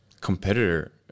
competitor